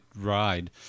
ride